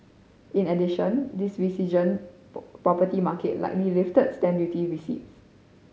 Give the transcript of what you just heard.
in addition this resurgent property market likely lifted stamp duty receipts